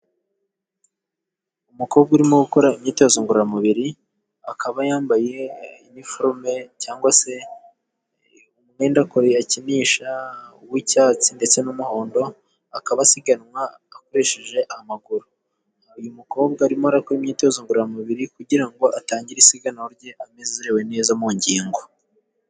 Umukobwa urimo gukora imyitozo ngororamubiri , akaba yambaye iniforome cyangwa se umwenda akinisha w'icyatsi ndetse n'umuhondo, akaba asiganwa akoresheje amaguru , uyu mukobwa arimo gukora imyitozo ngororamubiri , kugira ngo atangire isiganwa rye ameze neza mu ngingo.